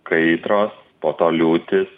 kaitros po to liūtys